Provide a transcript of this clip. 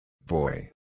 Boy